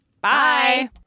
Bye